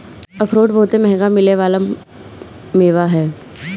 अखरोट बहुते मंहगा मिले वाला मेवा ह